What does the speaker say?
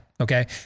okay